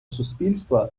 суспільства